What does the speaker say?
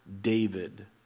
David